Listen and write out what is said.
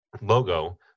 logo